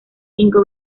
cinco